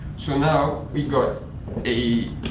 so now we got a